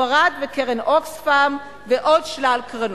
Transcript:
ספרד וקרן Oxfam ועוד שלל קרנות.